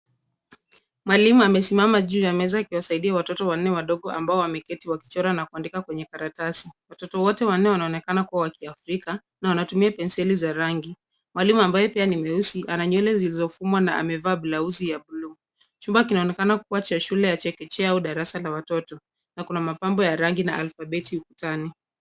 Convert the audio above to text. Mwalimu amesimama juu ya meza akiwasaidia watoto wanne wadogo ambao wameketi wakichora na kuandika kwenye karatasi. Watoto wote wanne wanaonekana kuwa wa kiafrika, na wanatumia penseli za rangi. Mwalimu, ambaye pia ni mweusi, ana nywele zilizofumwa na amevaa blausi ya bluu. Chumba kinaonekana kuwa cha shule ya chekechea au darasa la watoto, na kuna mapambo ya rangi na alfabeti ukutani.